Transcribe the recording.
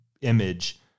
image